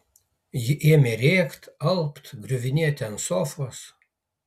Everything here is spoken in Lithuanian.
ji ėmė rėkt alpt griuvinėti ant sofos